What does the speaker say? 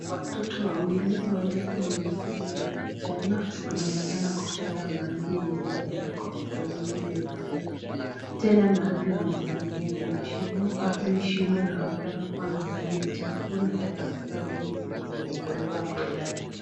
Watoto wawili mmoja akiwa ni msichana na kijana, wnaonekana kuchota maji yenye inatoka kwa mfereji iliyo kando, tena mahali wamesimamia kuna shimo kwa hili shimo inaonekana kuna maji chafu na takataka mingi zenye zimewekelwa hapo ndani.